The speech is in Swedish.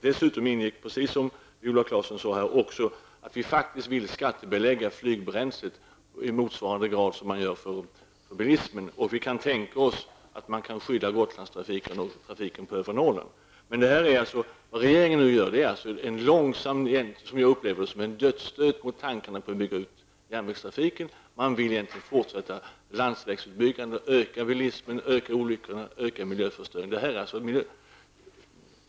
Dessutom ingick, precis som Viola Claesson sade, också att vi faktiskt vill skattebelägga flygbränslet i motsvarande grad som man gör i fråga om bilismen. Vi kan tänka oss att skydda Gotlandstrafiken och trafiken i övre Norrland. Vad regeringen nu gör är en långsamt verkande -- som jag upplever det -- dödsstöt mot tankarna på att bygga ut järnvägstrafiken. Man vill fortsätta med landsvägsbyggande med ökad bilism, ökade olyckor och ökad miljöförstöring.